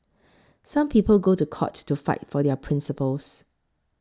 some people go to court to fight for their principles